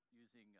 using